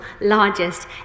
largest